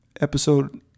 episode